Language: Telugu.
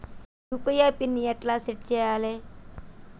యూ.పీ.ఐ పిన్ ఎట్లా సెట్ చేయాలే?